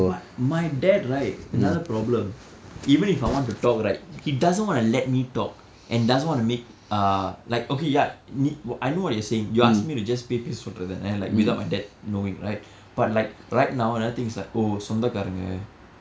but my dad right another problem even if I want to talk right he doesn't want to let me talk and doesn't want to make uh like okay ya நீ:nii I know what you're saying you asking me to just போய் பேச சொல்ற தான:poi pesa solra thaana like without my dad knowing right but like right now another thing is like oh சொந்தக்காரங்க:sonthakkaaranaga